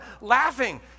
laughing